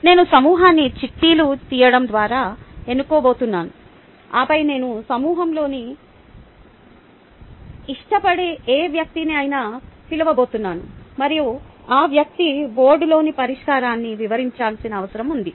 నేను సమూహాన్ని చిట్టీలు తీయడం ద్వారా ఎన్నుకోబోతున్నాను ఆపై నేను సమూహంలోని ఇష్టపడే ఏ వ్యక్తిని అయినా పిలవబోతున్నాను మరియు ఆ వ్యక్తి బోర్డులోని పరిష్కారాన్ని వివరించాల్సిన అవసరం ఉంది